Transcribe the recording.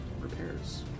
repairs